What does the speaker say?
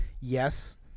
yes